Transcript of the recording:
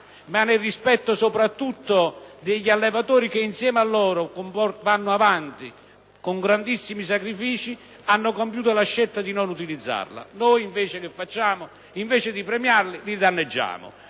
ma nel rispetto soprattutto degli allevatori che insieme a loro vanno avanti con grandissimi sacrifici, hanno compiuto la scelta di non utilizzarla. Noi che facciamo? Invece di premiarli, li danneggiamo,